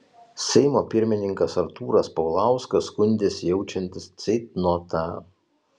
seimo pirmininkas artūras paulauskas skundėsi jaučiantis ceitnotą